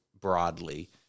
broadly